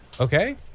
Okay